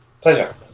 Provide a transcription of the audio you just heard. Pleasure